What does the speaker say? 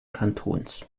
kantons